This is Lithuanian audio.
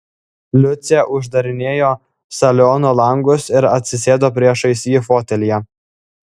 liucė uždarinėjo saliono langus ir atsisėdo priešais jį fotelyje